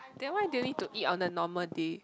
then why do you need to eat on a normal day